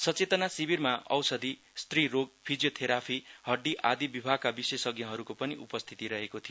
सचेतना शिविरमा औषधि स्त्रीरोग फिजियोथेरापी हड्डी आदि विभागका विशेषज्ञहरूको पनि उपस्थिति थियो